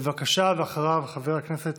בבקשה, ואחריו, חבר הכנסת